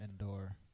endor